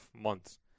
months